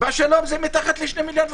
בשלום זה מתחת 2.5 מיליון.